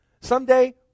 Someday